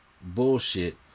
bullshit